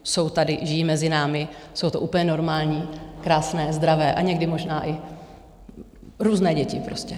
Jsou tady, žijí mezi námi, jsou to úplně normální, krásné, zdravé, a někdy možná i různé děti prostě.